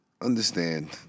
understand